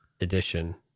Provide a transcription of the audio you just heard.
edition